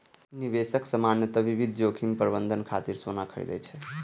निवेशक सामान्यतः विविध जोखिम प्रबंधन खातिर सोना खरीदै छै